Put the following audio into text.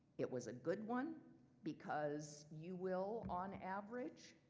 it was a good one because you will, on average,